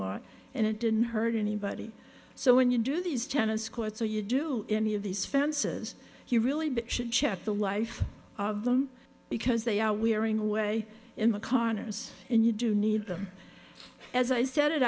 lot and it didn't hurt anybody so when you do these tennis courts or you do any of these fences you really should check the life of them because they are we are in a way in the connors and you do need them as i s